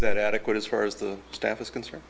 that adequate as far as the staff is concerned